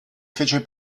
fece